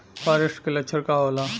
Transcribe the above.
फारेस्ट के लक्षण का होला?